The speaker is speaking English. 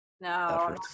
No